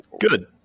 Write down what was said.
Good